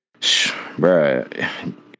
bruh